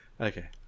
okay